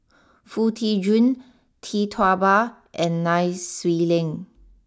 Foo Tee Jun Tee Tua Ba and Nai Swee Leng